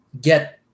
get